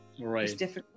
Right